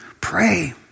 pray